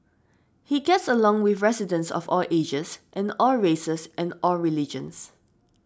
he gets along with residents of all ages and all races and all religions